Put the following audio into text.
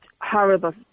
Horrible